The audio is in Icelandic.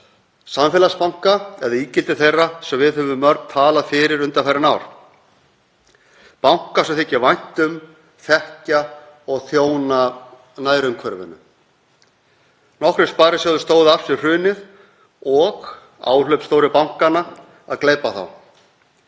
samfélagsbanka eða ígildi þeirra sem við höfum mörg talað fyrir undanfarin ár, banka sem fólki þykir vænt um, þekkir og þjóna nærumhverfinu. Nokkrir sparisjóðir stóðu af sér hrunið og áhlaup stóru bankanna til að gleypa þá,